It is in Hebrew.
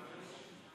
שלוש